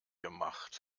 gemacht